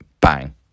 Bang